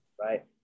right